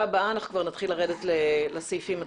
הבאה אנחנו נתחיל לקרוא את הסעיפים.